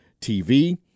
TV